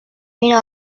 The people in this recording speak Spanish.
vino